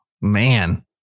Man